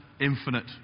infinite